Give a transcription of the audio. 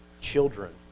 children